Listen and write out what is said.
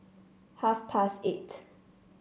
half past eight